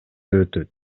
өтөт